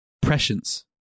prescience